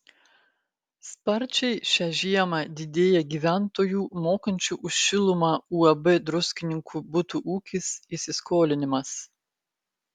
sparčiai šią žiemą didėja gyventojų mokančių už šilumą uab druskininkų butų ūkis įsiskolinimas